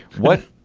what.